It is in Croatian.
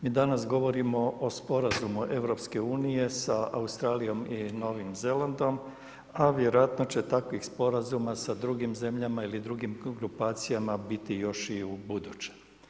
Mi danas govorimo o sporazumu EU sa Australijom i Novim Zelandom, a vjerojatno će takvih sporazuma sa drugim zemljama ili drugim grupacijama biti još i u buduće.